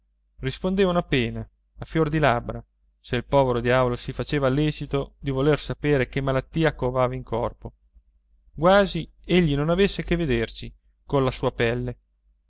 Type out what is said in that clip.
misteriose rispondevano appena a fior di labbra se il povero diavolo si faceva lecito di voler sapere che malattia covava in corpo quasi egli non avesse che vederci colla sua pelle